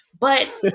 but-